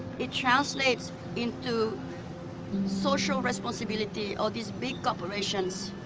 it translates into social responsibility of these big corporations.